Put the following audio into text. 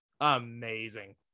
amazing